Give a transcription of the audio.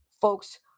folks